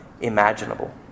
imaginable